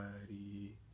buddy